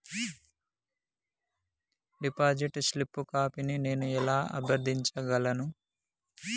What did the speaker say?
Deposit slip కాపీని నేను ఎలా అభ్యర్థించగలను?